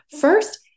First